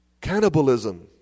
cannibalism